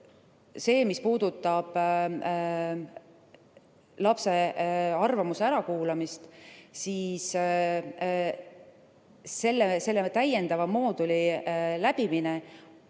Mis puudutab lapse arvamuse ärakuulamist, siis selle täiendava mooduli läbimine